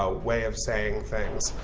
ah way of saying things.